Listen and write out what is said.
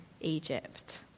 Egypt